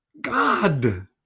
God